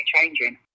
changing